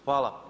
Hvala.